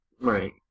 Right